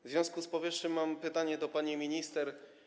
W związku z powyższym mam pytanie do pani minister.